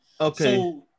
Okay